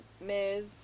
Ms